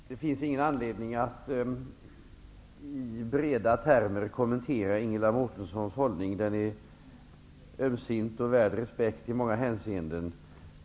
Fru talman! Det finns ingen anledning att brett kommentera Ingela Mårtenssons hållning. Den är ömsint och värd respekt i många hänseenden.